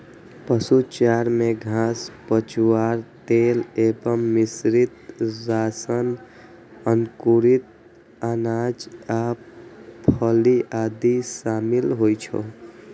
पशु चारा मे घास, पुआर, तेल एवं मिश्रित राशन, अंकुरित अनाज आ फली आदि शामिल होइ छै